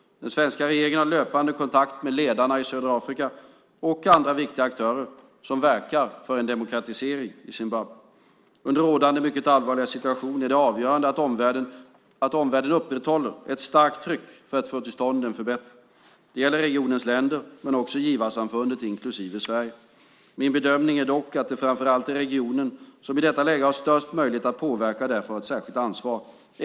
Den svenska regeringen har löpande kontakt med ledarna i södra Afrika och andra viktiga aktörer som verkar för en demokratisering i Zimbabwe. Under rådande mycket allvarliga situation är det avgörande att omvärlden upprätthåller ett starkt tryck för att få till stånd en förbättring. Det gäller regionens länder, men också givarsamfundet, inklusive Sverige. Min bedömning är dock att det framför allt är regionen som i detta läge har störst möjlighet att påverka och därför har ett särskilt ansvar.